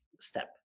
step